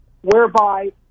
whereby